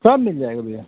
सब मिल जाएगा भैया